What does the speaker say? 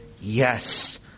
Yes